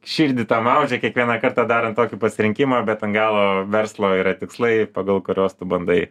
širdį maudžia kiekvieną kartą darant tokį pasirinkimą bet ant galo verslo yra tikslai pagal kuriuos tu bandai